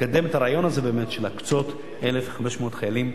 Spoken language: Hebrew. לקדם באמת את הרעיון הזה של להקצות 1,500 חיילים.